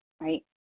right